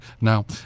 Now